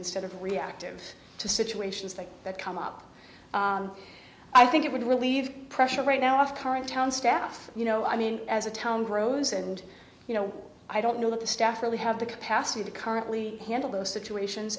instead of reactive to situations like that come up i think it would relieve pressure right now of current town staff you know i mean as a town grows and you know i don't know that the staff really have the capacity to currently handle those situations